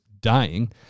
dying